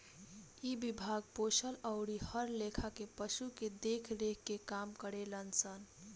इ विभाग पोसल अउरी हर लेखा के पशु के देख रेख के काम करेलन सन